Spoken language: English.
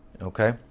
okay